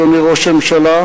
אדוני ראש הממשלה,